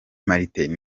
martin